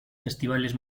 festivales